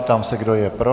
Ptám se, kdo je pro.